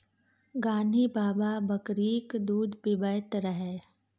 गान्ही बाबा बकरीक दूध पीबैत रहय